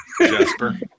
Jasper